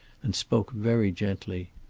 and spoke very gently.